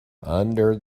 under